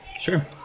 Sure